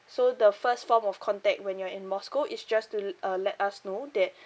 so the first form of contact when you're in moscow is just to uh let us know that